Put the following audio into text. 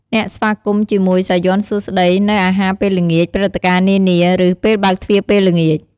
អ្នកស្វាគមន៍ជាមួយ "សាយ័ន្តសួស្ដី" នៅអាហារពេលល្ងាច ព្រឹត្តិការណ៍នានា ឬ ពេលបើកទ្វាពេលល្ងាច។